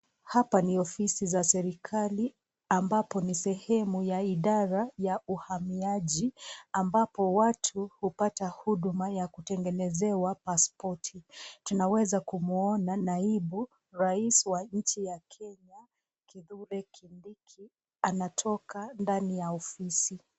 Hapa ni ofisi za serikali, ambapo ni sehemu ya idara ya uhamiaji, ambapo watu hupata huduma ya kutengenezewa paspoti. Tunaweza kumwona naibu rais wa nchi ya Kenya, Kithure Kindiki, anatoka ndani ya ofisi.